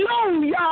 Hallelujah